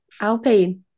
Alpine